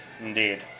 Indeed